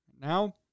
Now